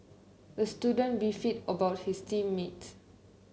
the student beefed about his team mates